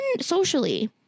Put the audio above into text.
socially